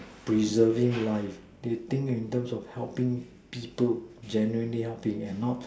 preserving life they think in terms of helping people genuinely helping and not